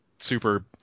super